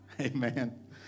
Amen